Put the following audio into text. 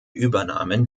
übernahmen